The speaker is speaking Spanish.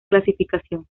clasificación